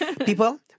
people